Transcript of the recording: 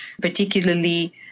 particularly